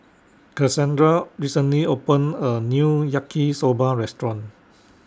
Kasandra recently opened A New Yaki Soba Restaurant